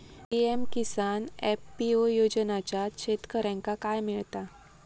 PM Kisan FPO योजनाच्यात शेतकऱ्यांका काय मिळता?